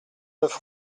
neuf